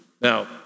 Now